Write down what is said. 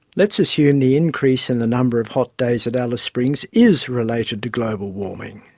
let's assume the increase in the number of hot days at alice springs is related to global warming.